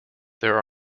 there